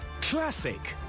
Classic